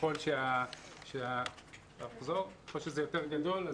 ככול שהכיתוב יותר גדול,